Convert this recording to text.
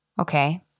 Okay